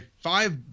five